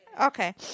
Okay